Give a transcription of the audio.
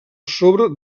sobre